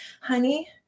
honey